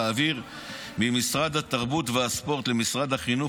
להעביר ממשרד התרבות והספורט למשרד החינוך